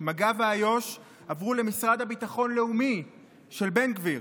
מג"ב ואיו"ש עברו למשרד לביטחון לאומי של בן גביר.